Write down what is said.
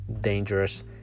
dangerous